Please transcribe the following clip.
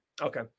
okay